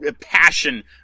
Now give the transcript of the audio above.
passion